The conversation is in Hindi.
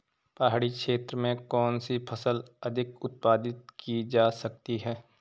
पहाड़ी क्षेत्र में कौन सी फसल अधिक उत्पादित की जा सकती है?